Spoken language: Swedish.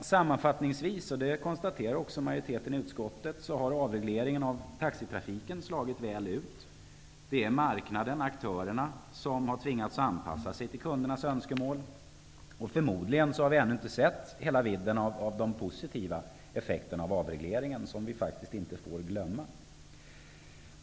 Sammanfattningsvis har avregleringen av taxitrafiken slagit väl ut. Det konstaterar majoriteten i utskottet. Det är marknaden, aktörerna, som har tvingats anpassa sig till kundens önskemål. Förmodligen har vi ännu inte sett hela vidden av de positiva effekterna av avregleringen.